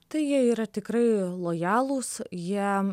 tai jie yra tikrai lojalūs jie